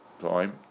time